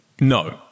No